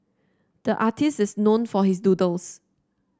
the artist is known for his doodles